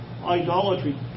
idolatry